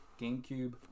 GameCube